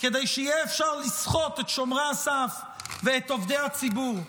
כדי שיהיה אפשר לסחוט את שומרי הסף ואת עובדי הציבור: